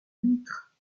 litre